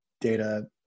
Data